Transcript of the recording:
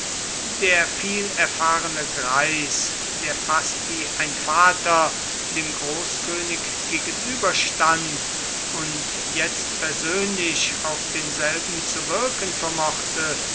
der vielerfahrene greis der fast wie ein vater dem großkönig gegenüberstand und jetzt persönlich auf denselben zu wirken vermochte